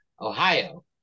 Ohio